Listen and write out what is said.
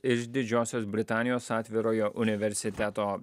iš didžiosios britanijos atvirojo universiteto